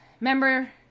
Remember